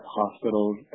hospitals